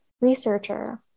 Researcher